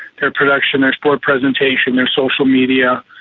their production, their sport presentation, their social media.